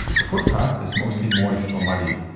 the footpath is mostly moist or muddy,